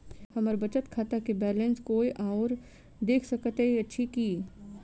हम्मर बचत खाता केँ बैलेंस कोय आओर देख सकैत अछि की